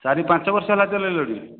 ଚାରି ପାଞ୍ଚ ବର୍ଷ ହେଲା ଚଲେଇଲଣି